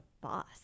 boss